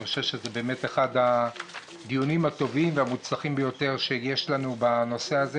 אני חושב שזה אחד הדיונים הטובים והמוצלחים ביותר שיש לנו בנושא הזה,